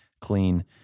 clean